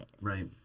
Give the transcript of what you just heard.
Right